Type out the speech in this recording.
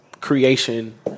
creation